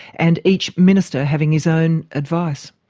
and each minister having his own advice.